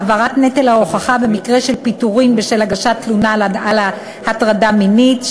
העברת נטל ההוכחה במקרה של פיטורין בשל הגשת תלונה על הטרדה מינית),